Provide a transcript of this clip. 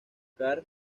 carr